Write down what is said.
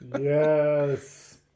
Yes